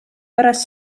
pärast